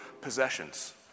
possessions